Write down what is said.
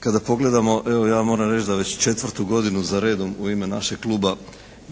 kada pogledamo, evo ja moram reći da već četvrtu godinu za redom u ime našeg kluba